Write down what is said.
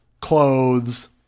clothes